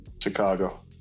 Chicago